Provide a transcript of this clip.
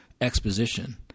exposition